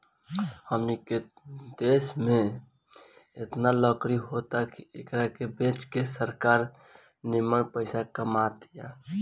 हमनी के देश में एतना लकड़ी होता की एकरा के बेच के सरकार निमन पइसा कमा तिया